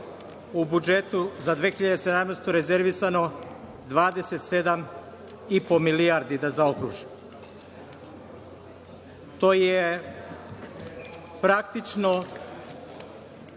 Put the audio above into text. u budžetu za 2017. godinu rezervisano 27,5 milijardi, da zaokružim. To je, praktično,